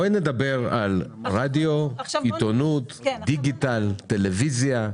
בואי נדבר על רדיו, עיתונות, דיגיטל, טלוויזיה.